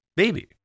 baby